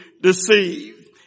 deceived